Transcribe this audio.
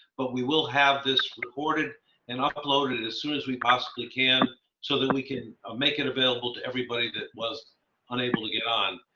but we will have this recorded and uploaded as soon as we possibly can so that we can make it available to everybody that was unable to get on.